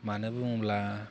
मानो बुङोब्ला